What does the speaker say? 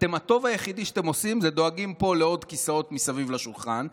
הטוב היחיד שאתם עושים זה דואגים פה לעוד כיסאות מסביב לשולחן.